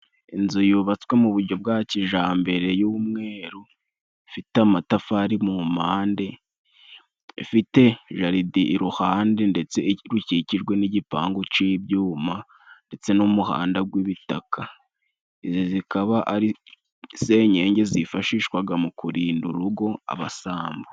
Inzu yubatswe mu bujyo bwa kijambere y'umweru, ifite amatafari mu mpande, ifite jaride iruhande ndetse ikikijwe n'igipangu c'ibyuma ndetse n'umuhanda gw'ibitaka, izi zikaba ari senyenge zifashishwaga mu kurinda urugo abasambo.